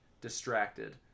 distracted